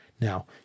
Now